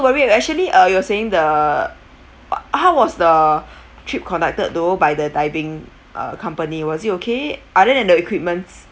worry actually uh you were saying the uh how was the trip conducted though by the diving company was it okay other than the equipments